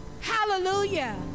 hallelujah